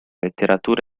letteratura